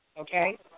okay